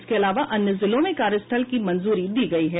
इसके अलावा अन्य जिलों में कार्यस्थल की मंजूरी दी गयी है